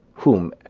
whom,